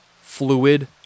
fluid